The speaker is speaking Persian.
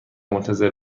منتظر